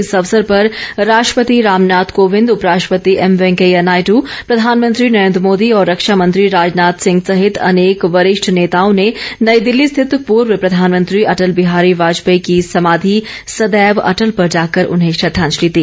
इस अवसर पर राष्ट्रपति रामनाथ कोविंद उपराष्ट्रपति एम वेंकैया नायडू प्रधानमंत्री नरेन्द्र मोदी और रक्षा मंत्री राजनाथ सिंह सहित अनेक वरिष्ठ नेताओं ने नई दिल्ली स्थित पूर्व प्रधानमंत्री अटल बिहारी वाजपेयी की समाधि सदैव अटल पर जाकर उन्हें श्रद्वांजलि दी